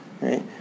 right